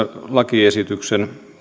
lakiesityksen